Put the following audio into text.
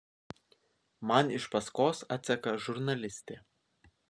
man iš paskos atseka žurnalistė